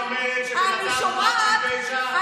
אני שומעת.